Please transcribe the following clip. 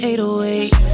808